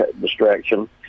distraction